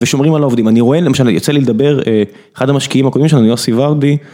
ושומרים על העובדים, אני רואה למשל, יצא לי לדבר אחד המשקיעים הקודמים שלנו, יוסי ורדי.